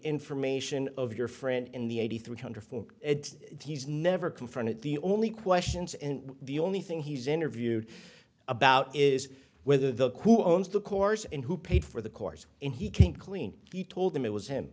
information of your friend in the eighty three hundred four he's never confronted the only questions and the only thing he's interviewed about is whether the coup owns the course and who paid for the course and he came clean he told them it was him